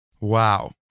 Wow